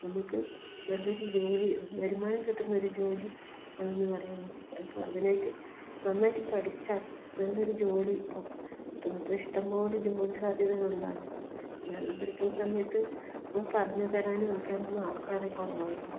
നമുക്ക് നല്ലൊരു ജോലി വരുമാനം കിട്ടുന്നൊരു ജോലി ആണെന്ന് പറയുന്നു ഇപ്പോൾ അതിനായിട്ട് നന്നായിട്ട് പഠിച്ചാൽ നല്ലൊരു ജോലി ഇപ്പോൾ കിട്ടുന്നു ഇപ്പം ഇഷ്ടം പോലെ ജോലി സാധ്യതകളുണ്ടാവുന്നു ഞാനെല്ലാം പഠിക്കുന്ന സമയത്ത് ഇപ്പം പറഞ്ഞ് തരാനും ഒക്കെ ആൾക്കാർ കുറവായിരുന്നു